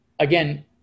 Again